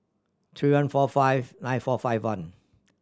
three one four five nine four five one